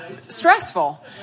stressful